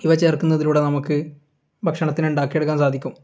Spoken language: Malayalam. ഇവ ചേർക്കുന്നതിലൂടെ നമുക്ക് ഭക്ഷണത്തിന് ഉണ്ടാക്കിയെടുക്കാൻ സാധിക്കും